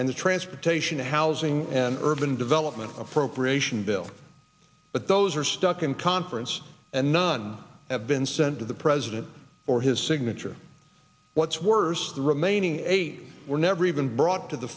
and the transportation housing and urban development appropriation bill but those are stuck in conference and none have been sent to the president or his signature what's worse the remaining eight were never even brought to the